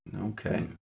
Okay